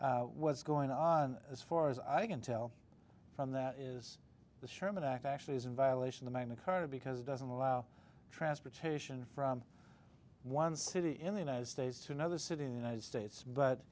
like what's going on as far as i can tell from that is the sherman act actually is in violation the magna carta because it doesn't allow transportation from one city in the united states to another city in the united states but